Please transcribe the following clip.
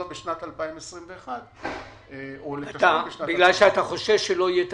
בשנת 2021. בגלל שאתה חושש שלא יהיה תקציב?